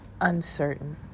uncertain